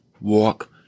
Walk